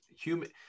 human